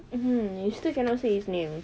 mmhmm you still cannot say his name